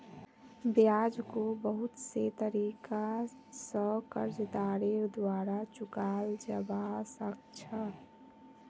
ब्याजको बहुत से तरीका स कर्जदारेर द्वारा चुकाल जबा सक छ